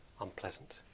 unpleasant